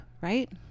right